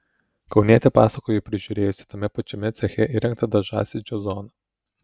kaunietė pasakojo prižiūrėjusi ir tame pačiame ceche įrengtą dažasvydžio zoną